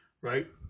right